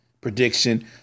prediction